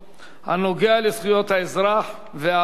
הנוגע לזכויות האזרח והאדם.